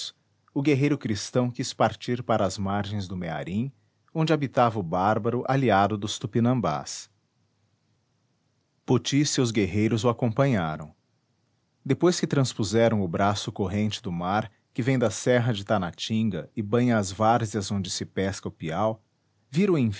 o guerreiro cristão quis partir para as margens do mearim onde habitava o bárbaro aliado dos tupinambás poti e seus guerreiros o acompanharam depois que transpuseram o braço corrente do mar que vem da serra de tanatinga e banha as várzeas onde se pesca o piau viram